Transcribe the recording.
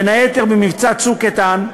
בין היתר במבצע "צוק איתן",